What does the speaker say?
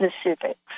specifics